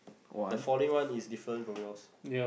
the falling one is different from yours